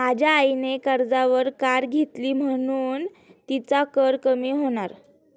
माझ्या आईने कर्जावर कार घेतली म्हणुन तिचा कर कमी होणार